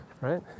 right